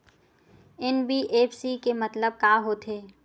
NBFC के मतलब का होथे?